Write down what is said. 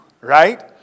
right